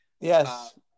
Yes